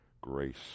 grace